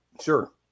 Sure